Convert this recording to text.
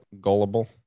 Gullible